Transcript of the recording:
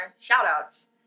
shout-outs